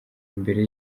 imbere